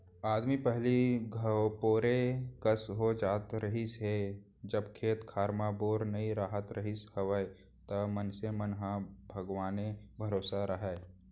आदमी पहिली धपोरे कस हो जात रहिस हे जब खेत खार म बोर नइ राहत रिहिस हवय त मनसे मन ह भगवाने भरोसा राहय